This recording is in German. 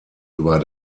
über